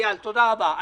אייל, תודה רבה.